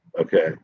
Okay